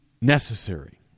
necessary